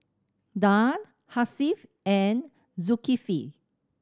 Dhia Hasif and Zulkifli